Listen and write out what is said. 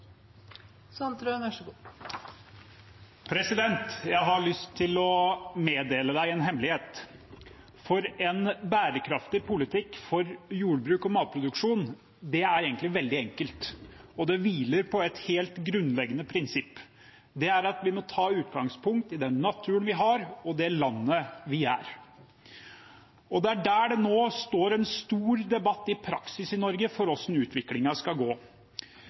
Jeg har lyst til å meddele en hemmelighet. En bærekraftig politikk for jordbruk og matproduksjon er egentlig veldig enkelt, og det hviler på et helt grunnleggende prinsipp: Det er at vi må ta utgangspunkt i den naturen vi har, og det landet vi er. Og det er der det nå i praksis er en stor debatt i Norge om hvordan utviklingen skal gå.